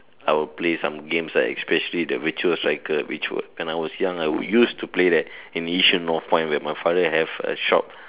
I'll play some games ah especially the virtual cycle which were when I was young I would used to play that in Yishun Northpoint where my father have a shop